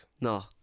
No